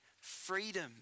freedom